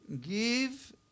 give